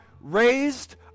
raised